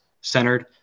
centered